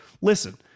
listen